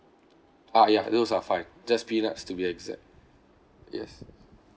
uh ya those are fine just peanuts to be exact yes